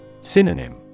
Synonym